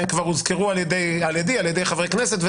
הם כבר הוזכרו על ידי, על ידי חברי כנסת.